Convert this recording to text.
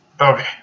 Okay